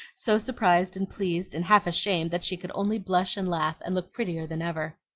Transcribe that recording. so surprised and pleased and half ashamed that she could only blush and laugh and look prettier than ever.